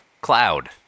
cloud